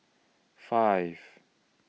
five